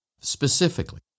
specifically